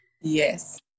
Yes